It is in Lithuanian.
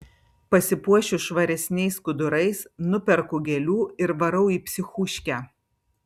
pasipuošiu švaresniais skudurais nuperku gėlių ir varau į psichuškę